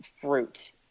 fruit